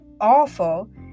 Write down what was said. awful